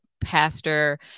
pastor